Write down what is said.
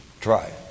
try